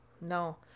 No